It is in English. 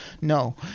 No